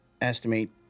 estimate